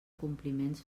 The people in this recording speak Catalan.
compliments